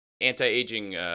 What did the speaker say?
anti-aging